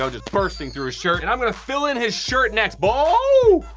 so just bursting through his shirt. and i'm gonna fill in his shirt next. bohh-hoo!